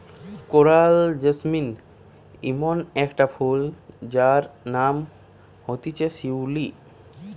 coral jasmine Emon একটা ফুল যার নাম হতিছে শিউলি